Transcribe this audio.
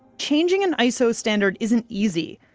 changing an iso standard isn't easy.